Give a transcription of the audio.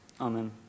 Amen